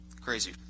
crazy